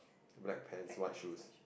black pants white shoes